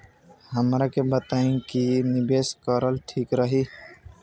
हमरा के बताई की निवेश करल ठीक रही?